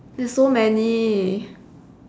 there's so many